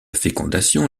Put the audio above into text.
fécondation